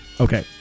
Okay